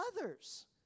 others